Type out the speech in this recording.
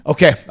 Okay